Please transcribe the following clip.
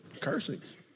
cursings